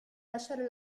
lasciare